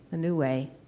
a new way,